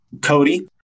Cody